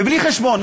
ובלי חשבון.